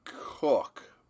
Cook